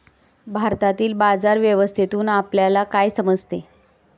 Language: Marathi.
भारतातील बाजार व्यवस्थेतून आपल्याला काय समजते?